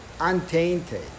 untainted